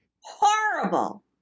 Horrible